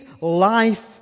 life